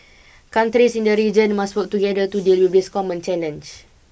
countries in the region must work together to deal with this common challenge